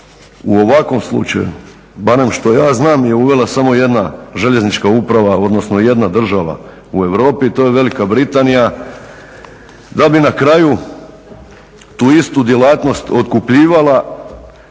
U ovakvom slučaju barem što ja znam je uvela samo jedna željeznička uprava odnosno jedna država u Europi to je Velika Britanija da bi na kraju tu istu djelatnost otkupljivala